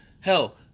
hell